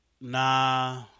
nah